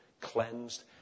cleansed